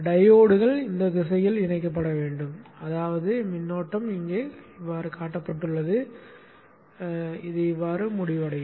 டையோட்கள் இந்த திசையில் இணைக்கப்பட வேண்டும் அதாவது மின்னோட்ட ஓட்டம் இங்கே காட்டப்பட்டுள்ளது போல் முடிவடையும்